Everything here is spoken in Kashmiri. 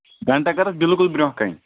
گَنٹاگرَس بِلکُل برٛونٛہہ کَنۍ